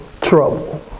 trouble